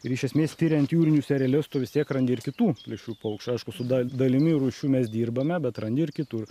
ir iš esmės tiriant jūrinius erelius tu vis tiek randi ir kitų plėšrių paukščių aišku su da dalimi rūšių mes dirbame bet randi ir kitų